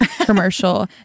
commercial